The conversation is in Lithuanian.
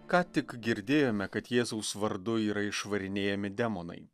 ką tik girdėjome kad jėzaus vardu yra išvarinėjami demonai